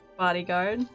bodyguard